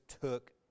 took